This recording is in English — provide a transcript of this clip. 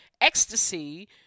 Ecstasy